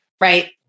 Right